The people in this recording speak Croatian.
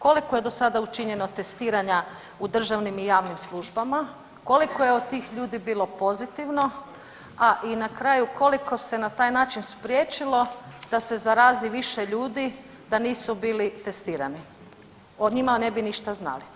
Koliko je do sada učinjeno testiranja u državnim i javnim službama, koliko je od tih ljudi bilo pozitivno, a i na kraju koliko se na taj način spriječilo da se zarazi više ljudi da nisu bili testirani o njima ne bi ništa znali.